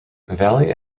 valley